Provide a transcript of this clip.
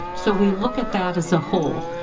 so we look at that as a whole,